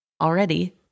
already